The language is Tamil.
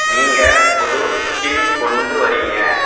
நீங்கள் புது ஸ்கீம்ஸ் கொண்டு வரிங்க